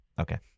Okay